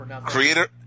Creator